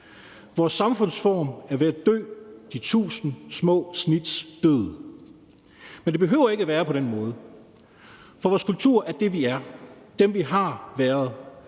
Vores samfundsform er ved at dø de tusind små snits død. Kl. 11:42 Men det behøver ikke at være på den måde. For vores kultur er det, vi er, dem, vi har været,